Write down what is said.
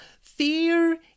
fear